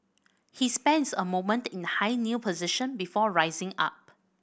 he spends a moment in high kneel position before rising up